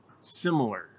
similar